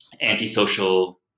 antisocial